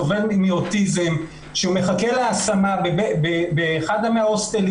סובל מאוטיזם שמחכה להשמה באחד ההוסטלים